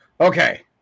Okay